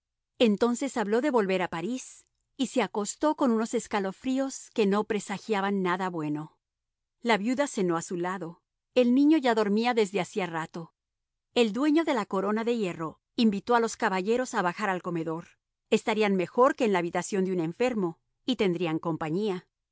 entonces habló de volver a parís y se acostó con unos escalofríos que no presagiaban nada bueno la viuda cenó a su lado el niño ya dormía desde hacía rato el dueño de la corona de hierro invitó a los caballeros a bajar al comedor estarían mejor que en la habitación de un enfermo y tendrían compañía